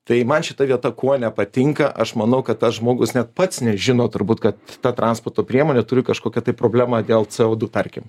tai man šita vieta kuo nepatinka aš manau kad aš žmogus net pats nežino turbūt kad ta transporto priemonė turi kažkokią tai problemą dėl co du tarkim